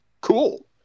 Cool